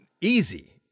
easy